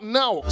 now